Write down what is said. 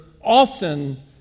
often